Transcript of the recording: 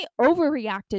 overreacted